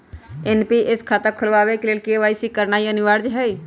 NPS खता खोलबाबे के लेल के.वाई.सी करनाइ अनिवार्ज हइ